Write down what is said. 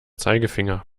zeigefinger